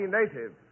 native